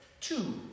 two